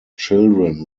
children